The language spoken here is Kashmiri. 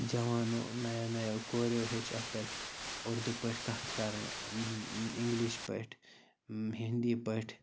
جَوانو نَیو نَیو کوریو ہیٚچھ اَتھ پٮ۪ٹھ اُردو پٲٹھۍ کَتھ کَرٕنۍ اِنٛگلِش پٲٹھۍ ہِندی پٲٹھۍ